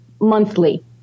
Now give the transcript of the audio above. monthly